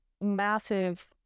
massive